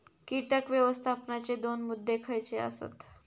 कीटक व्यवस्थापनाचे दोन मुद्दे खयचे आसत?